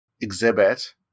exhibit